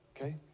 Okay